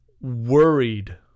worried